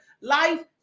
Life